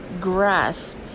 grasp